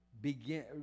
begin